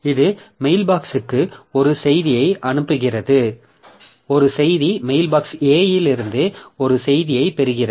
இது மெயில்பாக்ஸ்க்கு ஒரு செய்தியை அனுப்புகிறது ஒரு செய்தி மெயில்பாக்ஸ் A இலிருந்து ஒரு செய்தியைப் பெறுகிறது